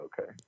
okay